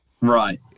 Right